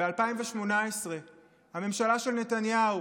ב-2018 הממשלה של נתניהו